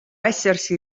essersi